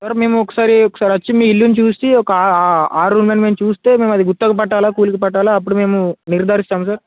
sir మేము ఒకసారి ఒకసారి వచ్చి మీ ఇల్లుని చూసి ఒక ఆరు రుమని మేము చూస్తే మేము అది గుత్తగా పట్టాలా కూలికి పట్టాలా అప్పుడు మేము నిర్ధారిస్తాం సార్